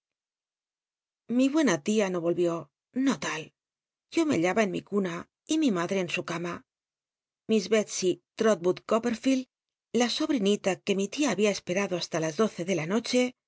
lfi buena lia no ohiú no tal yo me hallaba en mi cum y mi madre en su cama iss bclscy l'rotwood coppernclcl la sobinita que mi tia habia esperado hasta las ddcc de la oche